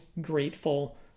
grateful